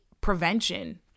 prevention